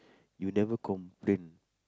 you never complain